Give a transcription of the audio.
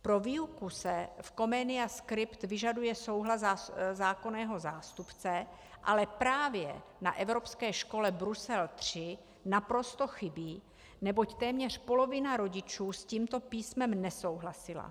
Pro výuku se v Comenia Script vyžaduje souhlas zákonného zástupce, ale právě na Evropské škole Brusel III naprosto chybí, neboť téměř polovina rodičů s tímto písmem nesouhlasila.